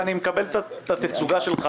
ואני מקבל את ההצגה שלך,